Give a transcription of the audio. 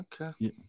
Okay